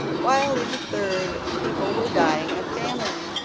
while in a third people were dying of famine.